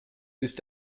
ist